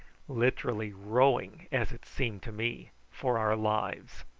literally rowing as it seemed to me for our lives.